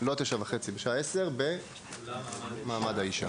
10:00 באולם ועדת מעמד האישה.